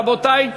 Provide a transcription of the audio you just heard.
רבותי.